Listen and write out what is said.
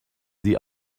sie